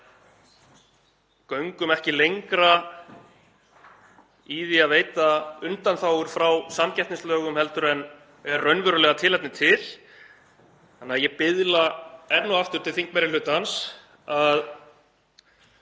hérna. Göngum ekki lengra í því að veita undanþágur frá samkeppnislögum en er raunverulega tilefni til. Þannig að ég biðla enn og aftur til þingmeirihlutans að